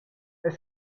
est